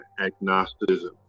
agnosticism